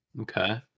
Okay